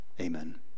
amen